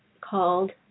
called